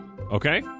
okay